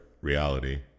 reality